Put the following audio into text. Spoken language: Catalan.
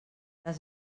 les